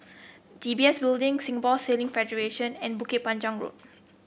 D B S Building Singapore Sailing Federation and Bukit Panjang Road